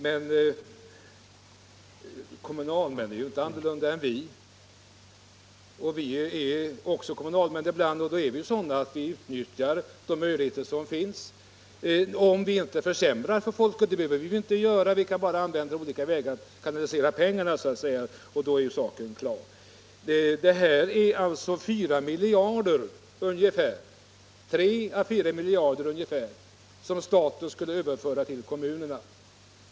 Men kommunalmän är ju inte annorlunda än vi här. Några av oss fungerar ibland som kommunalmän, och då utnyttjar vi de möjligheter som finns. Det behöver inte innebära att vi försämrar för folk utan bara att vi kanaliserar pengarna på olika sätt. Det är 3-4 miljarder som staten skulle överföra till kommunerna.